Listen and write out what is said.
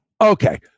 Okay